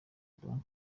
don’t